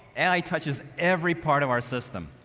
ai touches every part of our system,